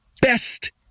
best